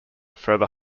further